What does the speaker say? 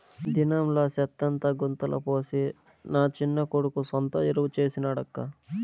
దినంలా సెత్తంతా గుంతల పోసి నా చిన్న కొడుకు సొంత ఎరువు చేసి నాడక్కా